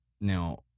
Now